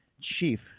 chief